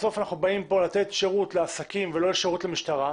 בסוף אנחנו באים כאן לתת שירות לעסקים ולא שירות למשטרה.